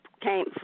came